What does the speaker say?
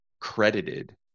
credited